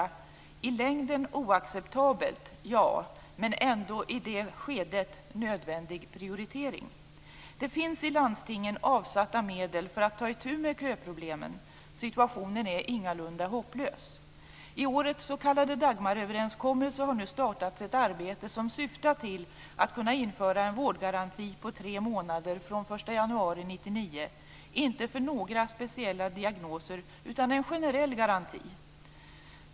Det är i längden oacceptabelt, men det är ändå i det skedet en nödvändig prioritering. Det finns i landstingen avsatta medel för att ta itu med köproblemen. Situationen är ingalunda hopplös. I årets s.k. Dagmaröverenskommelse har nu startats ett arbete som syftar till att kunna införa en vårdgaranti på tre månader från den 1 januari 1999, inte för några speciella diagnoser utan en generell vårdgaranti.